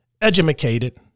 educated